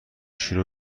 شروع